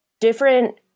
different